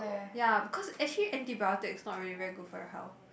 ya because actually antibiotics not really very good for your health